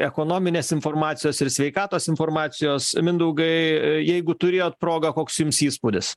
ekonominės informacijos ir sveikatos informacijos mindaugai jeigu turėjot progą koks jums įspūdis